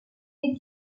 est